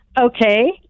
Okay